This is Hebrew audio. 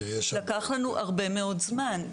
לקח לנו הרבה מאוד זמן.